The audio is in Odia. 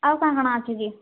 ଆଉ କାଣ୍ କାଣ୍ ଅଛି କି